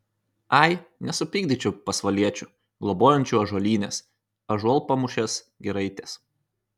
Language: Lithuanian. ai nesupykdyčiau pasvaliečių globojančių ąžuolynės ąžuolpamūšės giraitės